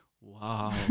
Wow